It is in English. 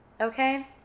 okay